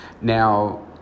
Now